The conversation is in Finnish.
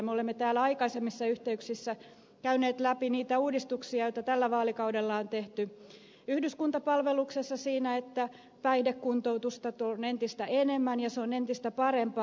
me olemme täällä aikaisemmissa yhteyksissä käyneet läpi niitä uudistuksia joita tällä vaalikaudella on tehty yhdyskuntapalveluksessa siten että päihdekuntoutusta on entistä enemmän ja se on entistä parempaa